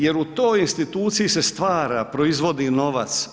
Jer u toj instituciji se stvara, proizvodi novac.